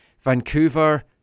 Vancouver